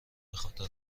بخاطر